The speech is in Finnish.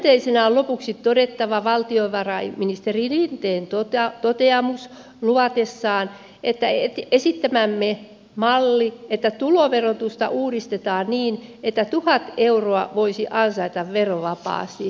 myönteisenä on lopuksi todettava valtiovarainministeri rinteen toteamus hänen luvatessaan miettiä esittämäämme mallia että tuloverotusta uudistetaan niin että tuhat euroa voisi ansaita verovapaasti